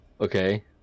okay